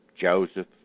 Joseph